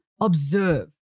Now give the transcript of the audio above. observe